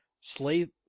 Slay